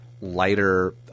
lighter